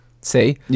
See